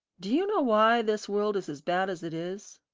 do you know why this world is as bad as it is?